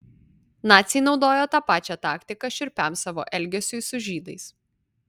naciai naudojo tą pačią taktiką šiurpiam savo elgesiui su žydais